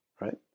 right